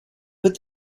put